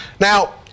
Now